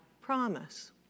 promise